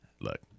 look